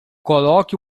coloque